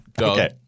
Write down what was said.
Okay